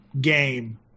game